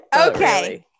Okay